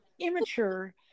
immature